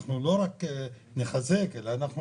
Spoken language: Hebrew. אנחנו לא רק נחזק אלא אנחנו